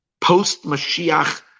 post-Mashiach